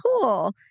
Cool